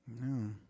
No